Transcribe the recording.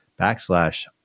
backslash